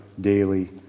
daily